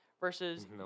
Versus